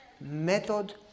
method